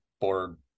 board